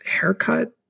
haircut